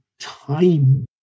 time